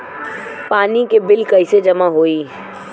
पानी के बिल कैसे जमा होयी?